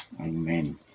Amen